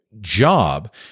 job